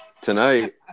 Tonight